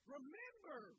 Remember